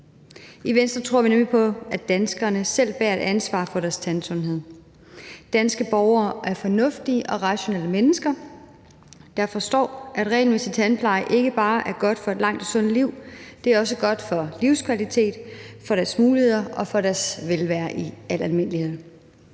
I Venstre tror vi nemlig på, at danskerne selv bærer et ansvar for deres tandsundhed. Danske borgere er fornuftige og rationelle mennesker, der forstår, at regelmæssig tandpleje ikke bare er godt for et langt og sundt liv, men også godt for livskvalitet, for deres muligheder og for deres velvære i al almindelighed.